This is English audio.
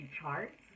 charts